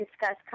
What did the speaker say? discuss